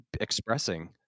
expressing